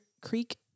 creek